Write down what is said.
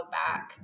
back